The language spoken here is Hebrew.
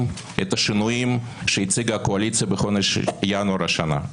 השינויים שהציגה הקואליציה בחודש ינואר השנה,